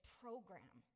program